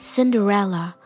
Cinderella